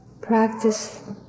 practice